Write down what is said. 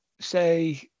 say